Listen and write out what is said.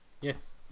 yes